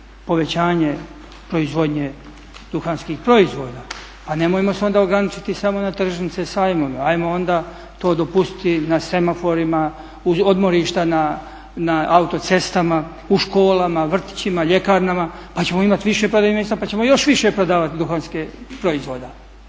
povećanje proizvodnje duhanskih proizvoda pa nemojmo se onda ograničiti samo na tržnice, sajmove. Hajmo onda to dopustiti na semaforima, uz odmorišta na autocestama, u školama, vrtićima, ljekarnama pa ćemo imati više prodajnih mjesta pa ćemo još više prodavati duhanskih proizvoda.